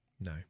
no